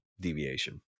deviation